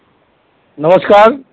नमस्कार